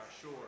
sure